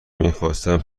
میخواستم